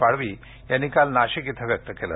पाडवी यांनी काल नाशिक इथं व्यक्त केले